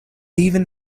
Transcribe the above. even